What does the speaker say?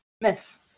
Miss